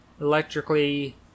electrically